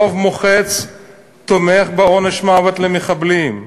רוב מוחץ תומך בעונש מוות למחבלים,